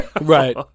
right